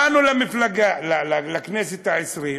באנו לכנסת העשרים,